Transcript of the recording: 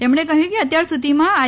તેમણે કહ્યું કે અત્યાર સુધીમાં આઇ